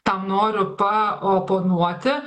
tam noriu paoponuoti